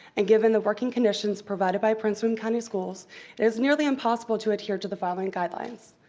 and given the working conditions provided by prince william county schools, it is nearly impossible to adhere to the following guidelines.